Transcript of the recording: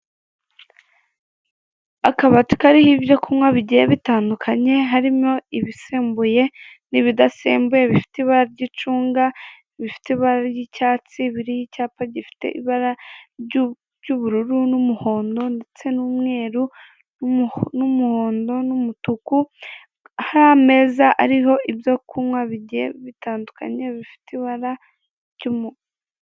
Akabati kariho ibyo kunkwa bigiye bitandukanye harimo ibisembuye n'ibidasembuye bifite ibara ry'icunga bifite ibara ry'icyatsi biriho icyapa gifite ibara ry'ubururu n'umuhondo ndetse n'umweru n'umuhondo n'umutuku hameza ariho byo kunkwa bigiye bitandukanye bifite ibara ryumu.